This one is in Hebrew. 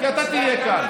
כי אתה תהיה כאן.